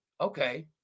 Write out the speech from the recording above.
Okay